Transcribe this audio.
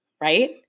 right